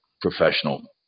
professional